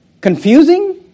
confusing